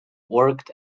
worked